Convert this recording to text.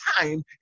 time